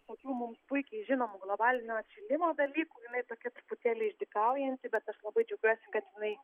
visokių mums puikiai žinomų globalinio atšilimo dalykų jinai tokia truputėlį išdykaujanti bet aš labai džiaugiuosi kad jinai